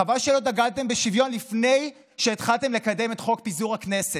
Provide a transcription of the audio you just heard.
חבל שלא דגלתם בשוויון לפני שהתחלתם לקדם את חוק פיזור הכנסת.